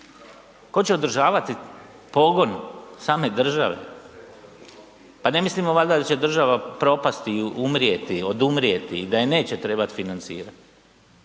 Tko će održavati pogon same države? Pa ne mislimo valjda da će država propasti i umrijeti, odumrijeti, da je neće trebat financirat?